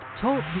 Talk